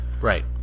Right